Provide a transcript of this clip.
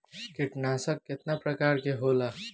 कीटनाशक केतना प्रकार के होला?